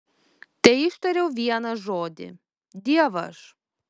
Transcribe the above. teištariau vieną žodį dievaž